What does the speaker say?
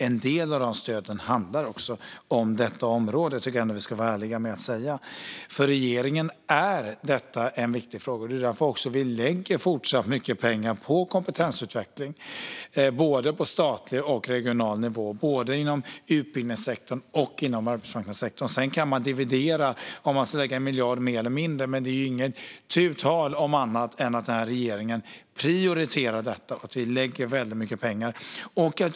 En del av dessa stöd handlar om detta område; det tycker jag att vi ska vara ärliga med att säga. För regeringen är detta en viktig fråga. Det är därför vi lägger mycket pengar på kompetensutveckling, både på statlig och på regional nivå och både inom utbildningssektorn och inom arbetsmarknadssektorn. Sedan kan man dividera om huruvida det ska läggas en miljard mer eller mindre, men det är inte tu tal om att denna regering prioriterar detta och lägger väldigt mycket pengar på det.